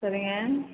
சரிங்க